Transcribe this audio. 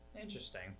interesting